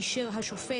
האם את לא חושבת